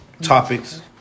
topics